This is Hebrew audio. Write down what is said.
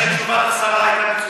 נראה לי שתשובת השרה הייתה מצוינת.